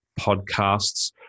Podcasts